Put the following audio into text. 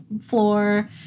floor